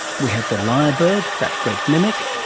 we have the lyrebird, that great mimic,